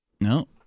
No